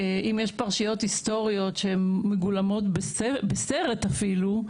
אם יש פרשיות היסטוריות שהן מגולמות בסרט אפילו,